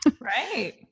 Right